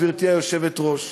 גברתי היושבת-ראש.